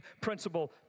principle